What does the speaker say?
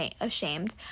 ashamed